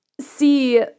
see